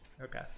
Okay